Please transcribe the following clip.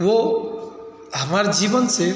वो हमारे जीवन से